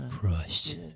Christ